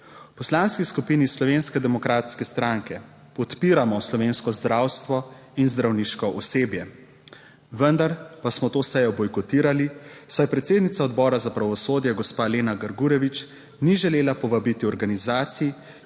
Poslanski skupini Slovenske demokratske stranke podpiramo slovensko zdravstvo in zdravniško osebje, vendar pa smo to sejo bojkotirali, saj predsednica Odbora za pravosodje gospa Lena Grgurevič ni želela povabiti organizacij,